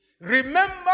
Remember